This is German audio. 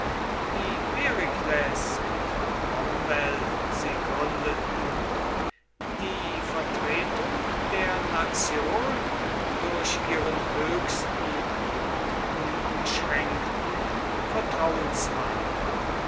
wie perikles und cromwell sie gründeten die vertretung der nation durch ihren höchsten und unumschränkten vertrauensmann